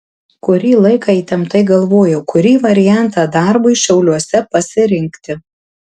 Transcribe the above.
kurį laiką įtemptai galvojau kurį variantą darbui šiauliuose pasirinkti